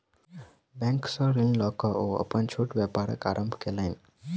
bank सॅ ऋण लय के ओ अपन छोट व्यापारक आरम्भ कयलैन